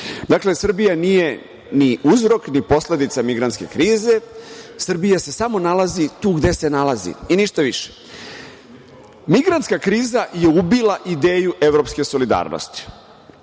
Dakle, Srbija nije ni uzrok, ni posledica migrantske krize. Srbija se samo nalazi tu gde se nalazi i ništa više. Migrantska kriza je ubila ideju evropske solidarnosti.